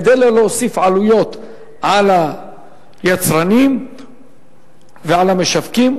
כדי לא להוסיף עלויות על היצרנים ועל המשווקים,